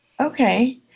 Okay